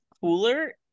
cooler